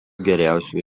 geriausių